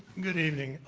good evening.